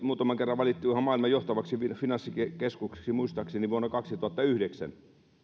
muutaman kerran valittu ihan maailman johtavaksi finanssikeskukseksi muistaakseni vuonna kaksituhattayhdeksän